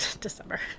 December